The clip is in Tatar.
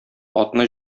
атны